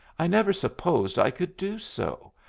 i never supposed i could do so.